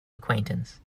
acquaintance